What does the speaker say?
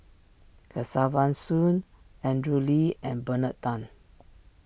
Kesavan Soon Andrew Lee and Bernard Tan